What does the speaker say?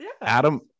Adam